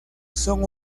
son